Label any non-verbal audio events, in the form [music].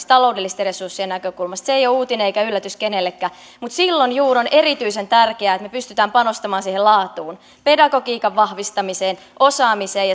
[unintelligible] taloudellisten resurssien näkökulmasta se ei ole uutinen eikä yllätys kenellekään mutta silloin juuri on erityisen tärkeää että me pystymme panostamaan siihen laatuun pedagogiikan vahvistamiseen osaamiseen [unintelligible]